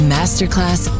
Masterclass